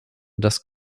das